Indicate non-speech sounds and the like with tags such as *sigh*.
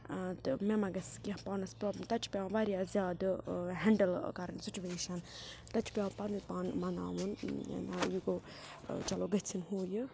تہٕ مےٚ مَہ گژھِ کیٚنٛہہ پانَس پرٛابلِم تَتہِ چھِ پٮ۪وان واریاہ زیادٕ ہٮ۪نٛڈٕل کَرٕنۍ سُچویشَن تَتہِ چھِ پٮ۪وان پَنُن پان مَناوُن *unintelligible* یہِ گوٚو چلو گٔژھِنۍ ہُہ یہِ